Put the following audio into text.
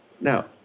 Now